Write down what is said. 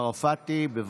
צרפתי, בבקשה.